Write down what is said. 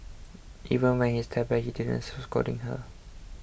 even when he stepped back he didn't scolding her